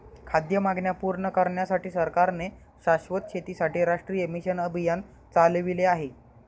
खाद्य मागण्या पूर्ण करण्यासाठी सरकारने शाश्वत शेतीसाठी राष्ट्रीय मिशन अभियान चालविले आहे